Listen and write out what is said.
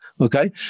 okay